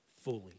fully